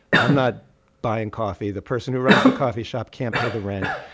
i'm not buying coffee. the person who runs the coffee shop can't pay the rent.